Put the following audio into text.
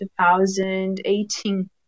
2018